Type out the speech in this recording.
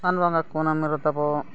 ᱥᱟᱱ ᱵᱚᱸᱜᱟ ᱠᱩᱱᱟᱹᱢᱤ ᱨᱮ ᱛᱟᱵᱚ